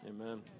Amen